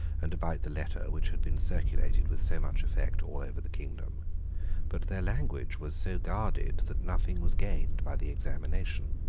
and about the letter which had been circulated with so much effect all over the kingdom but their language was so guarded that nothing was gained by the examination.